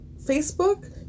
Facebook